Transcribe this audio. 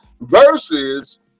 versus